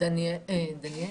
לבתי החלים.